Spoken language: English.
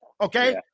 Okay